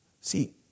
See